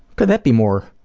could that be more